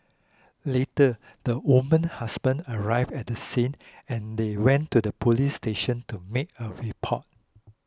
later the woman husband arrived at the scene and they went to the police station to make a report